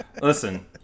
listen